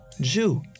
Jew